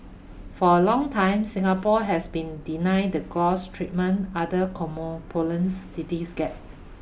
for a long time Singapore has been denied the treatment other cities get